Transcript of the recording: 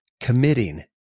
committing